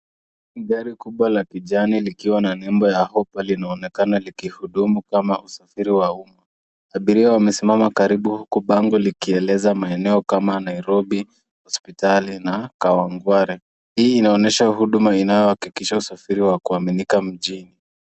Gari kubwa la kijani likiwa na nembo ya hoppa linaonekana likihudumu kama usafiri wa umma. Abiria wamesimama karibu, huku bango likieleza maeneo kama Nairobi, hospitali, na Kawangware. Hii inaonyesha huduma inayohakikisha usafiri wa kuaminika mjini.